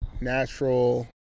natural